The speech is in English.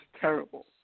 terrible